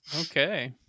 Okay